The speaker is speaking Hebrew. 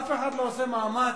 אף אחד לא עושה מאמץ.